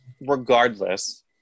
regardless